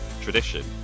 tradition